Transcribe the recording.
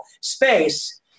space